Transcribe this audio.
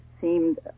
seemed